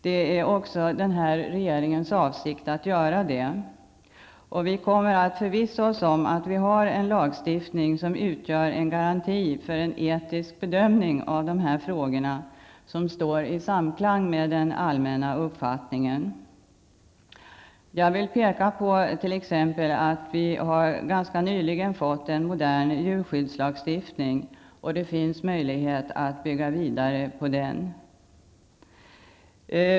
Detta är också regeringens avsikt. Vi kommer att förvissa oss om att vi har en lagstiftning som utgör en garanti för en etisk bedömning av de här frågorna, en lagstiftning som står i samklang med den allmänna uppfattningen. Ganska nyligen har vi t.ex. fått en modern djurskyddslagstiftning, och det finns möjlighet att bygga vidare på den.